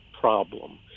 problem